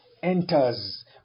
Enters